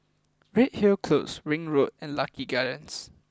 Redhill Close Ring Road and Lucky Gardens